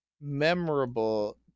memorable